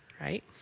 right